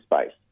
space